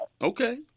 okay